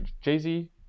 jay-z